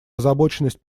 озабоченность